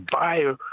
buyer